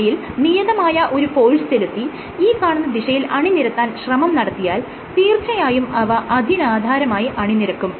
അവയിൽ നിയതമായ ഒരു ഫോഴ്സ് ചെലുത്തി ഈ കാണുന്ന ദിശയിൽ അണിനിരത്താൻ ശ്രമം നടത്തിയാൽ തീർച്ചയായും അവ അതിനാധാരമായി അണിനിരക്കും